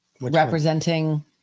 representing